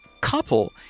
couple